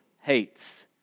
hates